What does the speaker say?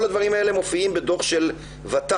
כל הדברים האלה מופיעים בדוח של ות"ת.